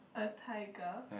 a tiger